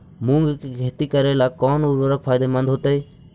मुंग के खेती करेला कौन उर्वरक फायदेमंद होतइ?